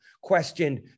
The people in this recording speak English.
questioned